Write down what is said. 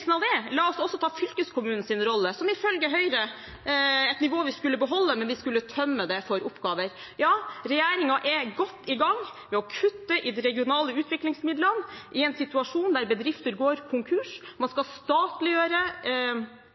av det, la oss også ta fylkeskommunens rolle – ifølge Høyre et nivå vi skulle beholde, men vi skulle tømme det for oppgaver. Regjeringen er godt i gang med å kutte i de regionale utviklingsmidlene i en situasjon der bedrifter går konkurs. Man skal statliggjøre